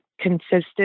consistent